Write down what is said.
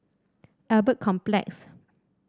Albert Complex